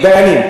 דיינים.